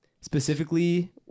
Specifically